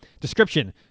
Description